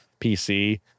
PC